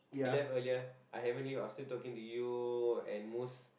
he left earlier I haven't leave I was still talking to you and Mus